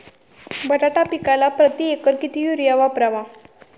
बटाटा पिकाला प्रती एकर किती युरिया वापरावा?